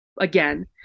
again